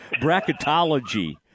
Bracketology